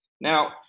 Now